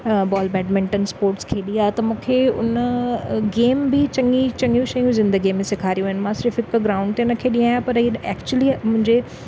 ball badminton sports खेॾी आहे त मूंखे उन गेम बि चङी चङियूं शयूं ज़िंदगीअ में सेखारियूं आहिनि मां सिर्फ़ु हिकु ग्राउंड ते न खेॾी आहियां पर इहे एक्चुली मुंहिजे